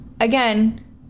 Again